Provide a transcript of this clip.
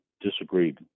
disagreed